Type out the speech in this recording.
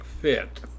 fit